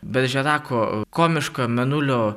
beržerako komiška mėnulio